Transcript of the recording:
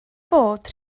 bod